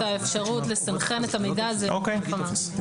האפשרות לסנכרן את המידע הזה בתוך המערכת.